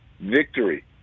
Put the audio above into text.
victory